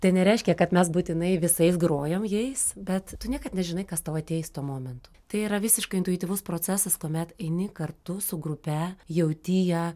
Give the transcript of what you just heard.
tai nereiškia kad mes būtinai visais grojam jais bet tu niekad nežinai kas tau ateis tuo momentu tai yra visiškai intuityvus procesas kuomet eini kartu su grupe jauti ją